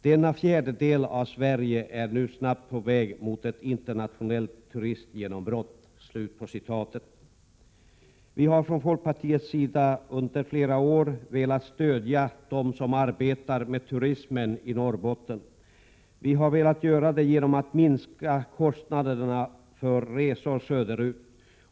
Denna fjärdedel av Sverige är nu snabbt på väg mot ett internationellt turistgenombrott.” Folkpartiet har under flera år velat stödja dem som arbetar med turismen i Norrbotten genom att minska kostnaderna för resor söderut.